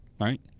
Right